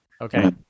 Okay